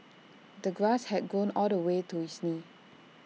the grass had grown all the way to his knees